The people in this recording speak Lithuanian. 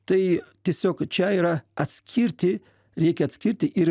tai tiesiog čia yra atskirti reikia atskirti ir